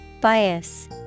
Bias